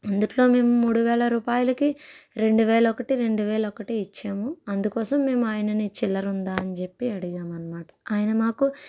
అందిట్లో మేము మూడు వేల రూపాయలకి రెండువేలు ఒకటి రెండు వేలు ఒకటి ఇచ్చాము అందుకోసం మేము ఆయనని చిల్లర ఉందా అని చెప్పి అడిగామన్నమాట ఆయన మాకు